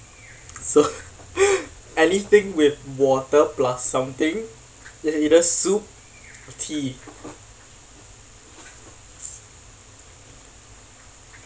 so anything with water plus something is either soup or tea